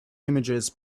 images